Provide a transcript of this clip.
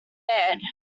aired